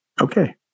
okay